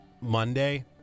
Monday